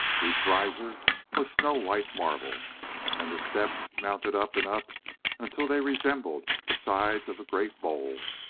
each riser was snow-white marble and the steps mounted up and up until they resembled the sides of a great bowl.